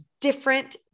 different